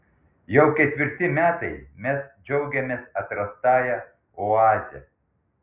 jau ketvirti metai mes džiaugiamės atrastąja oaze